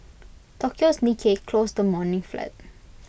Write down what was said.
Tokyo's Nikki closed the morning flat